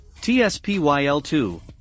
TSPYL2